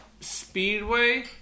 speedway